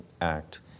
act